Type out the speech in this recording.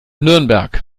nürnberg